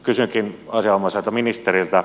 kysynkin asianomaiselta ministeriltä